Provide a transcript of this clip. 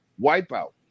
Wipeout